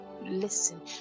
listen